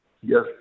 Yes